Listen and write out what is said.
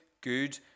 good